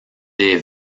des